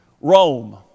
Rome